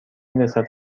رسد